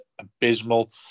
abysmal